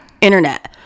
internet